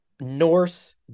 Norse